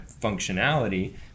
functionality